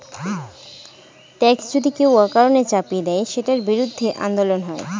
tax যদি কেউ অকারণে চাপিয়ে দেয়, সেটার বিরুদ্ধে আন্দোলন হয়